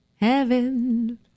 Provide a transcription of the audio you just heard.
Heaven